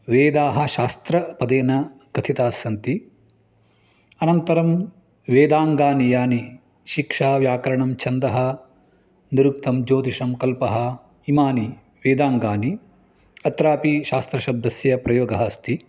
वेदाः शास्त्रपदेन कथितास्सन्ति अनन्तरं वेदाङ्गानि यानि शिक्षा व्याकरणं छन्दः निरुक्तं ज्यौतिषं कल्पः इमानि वेदाङ्गानि अत्रापि शास्त्रशब्दस्य प्रयोगः अस्ति